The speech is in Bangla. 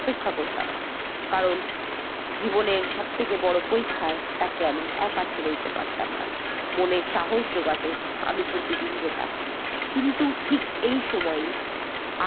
অপেক্ষা করতাম কারণ জীবনের সবথেকে বড়ো পরীক্ষায় তাকে আমি একা ছেড়ে দিতে পারতাম না মনের সাহস জোগাতে আমি প্রতিদিন যেতাম কিন্তু ঠিক এই সময়ই